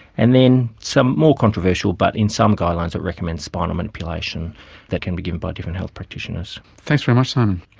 and then some more controversial but in some guidelines it recommends spinal manipulation that can be given by different health practitioners. thanks very much simon.